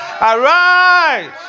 Arise